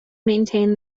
maintain